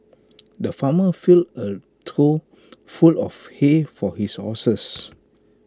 the farmer filled A trough full of hay for his horses